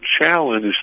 challenge